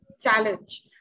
challenge